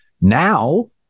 Now